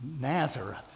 Nazareth